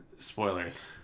Spoilers